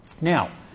Now